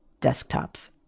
desktops